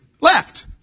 left